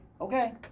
Okay